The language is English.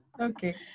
Okay